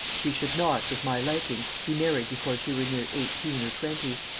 she should not, with my liking, be married before she were near eighteen or twenty.